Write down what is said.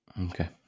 Okay